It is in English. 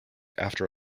after